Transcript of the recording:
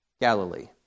Galilee